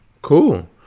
Cool